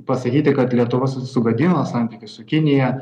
pasakyti kad lietuva su sugadino santykius su kinija